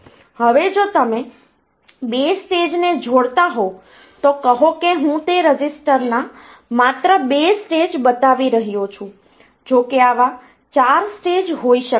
હવે જો તમે 2 સ્ટેજને જોડતા હોવ તો કહો કે હું તે રજીસ્ટરના માત્ર 2 સ્ટેજ બતાવી રહ્યો છું જોકે આવા 4 સ્ટેજ હોઈ શકે છે